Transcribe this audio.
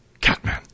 Catman